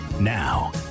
Now